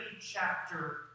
chapter